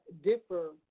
differ